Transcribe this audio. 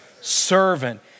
Servant